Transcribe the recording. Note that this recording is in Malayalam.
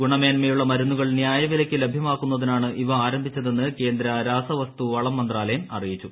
ഗുണമേൻമയുള്ള മരുന്നുകൾ ന്യായവിലയ്ക്ക് ലഭ്യമാക്കുന്നതിനാണ് ഇവ ആരംഭിച്ചതെന്ന് കേന്ദ്ര രാസവസ്തു വളം മന്ത്രാലയം അറിയിച്ചു